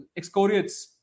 excoriates